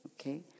Okay